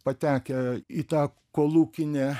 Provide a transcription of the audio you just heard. patekę į tą kolūkinę